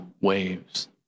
waves